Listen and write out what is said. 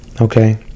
okay